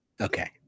Okay